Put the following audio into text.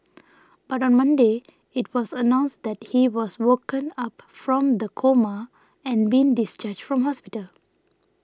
but on Monday it was announced that he has woken up from the coma and been discharged from hospital